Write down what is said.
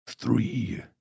Three